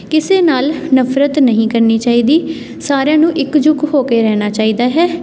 ਕਿਸੇ ਨਾਲ ਨਫ਼ਰਤ ਨਹੀਂ ਕਰਨੀ ਚਾਹੀਦੀ ਸਾਰਿਆਂ ਨੂੰ ਇੱਕ ਜੁੱਟ ਹੋ ਕੇ ਰਹਿਣਾ ਚਾਹੀਦਾ ਹੈ